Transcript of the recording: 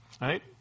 right